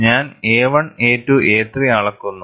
ഞാൻ a1 a2 a3 അളക്കുന്നു